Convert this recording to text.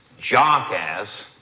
jockass